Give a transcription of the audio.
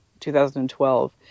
2012